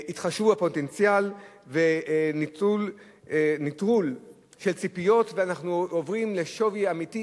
התחשבו בפוטנציאל ונטרול של ציפיות ואנחנו עוברים לשווי אמיתי,